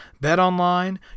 BetOnline